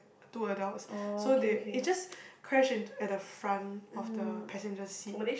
two adults so they it just crash in at the front of the passenger seat